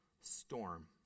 storm